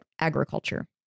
agriculture